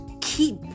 keep